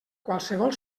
qualsevol